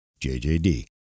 JJD